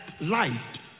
light